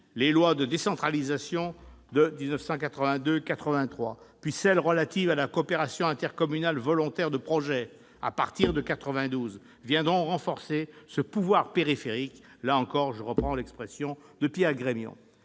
Les lois de décentralisation de 1982 et 1983, puis celles qui sont relatives à la coopération intercommunale volontaire de projet, à partir de 1992, viendront renforcer ce « pouvoir périphérique », pour reprendre l'expression de Pierre Grémion.